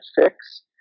fix